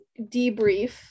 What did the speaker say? debrief